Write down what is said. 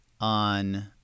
on